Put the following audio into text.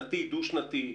שנתי, דו-שנתי,